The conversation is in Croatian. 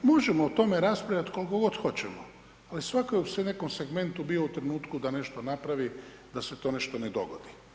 Možemo o tome raspravljati koliko god hoćemo, ali svatko je u nekom segmentu bio u trenutku da nešto napravi, da se to nešto ne dogodi.